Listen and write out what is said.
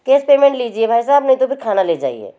cash payment लीजिए भाई साहब नहीं तो फिर खाना ले जाइए